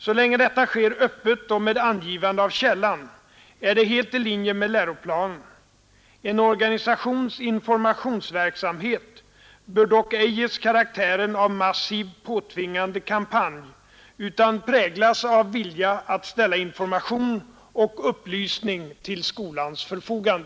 Så länge detta sker öppet och med angivande av källan är det helt i linje med läroplanen. En organisations informationsverksamhet bör dock ej ges karaktären av massiv, påtvingande kampanj utan präglas av en vilja att ställa information och upplysning till skolans förfogande.